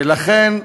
ולכן,